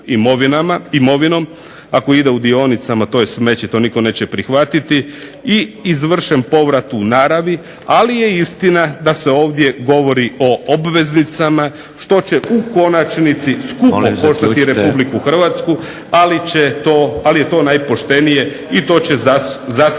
imovinom, ako ide u dionicama to je smeće i to nitko neće prihvatiti i izvršen povrat u naravi, ali je istina da se ovdje govori o obveznicama što će u konačnici skupo koštati RH, ali je to najpoštenije i to će zasigurno